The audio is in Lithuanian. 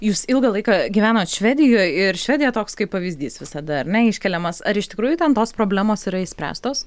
jūs ilgą laiką gyvenot švedijoj ir švedija toks kaip pavyzdys visada ar ne iškeliamas ar iš tikrųjų ten tos problemos yra išspręstos